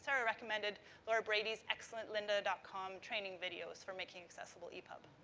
sarah recommended laura brady's excellent lynda dot com training videos for making accessible epub.